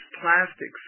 plastics